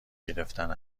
گرفتن